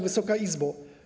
Wysoka Izbo!